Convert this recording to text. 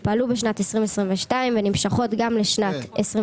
187,242 אלפי ₪.